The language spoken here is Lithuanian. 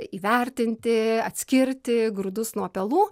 įvertinti atskirti grūdus nuo pelų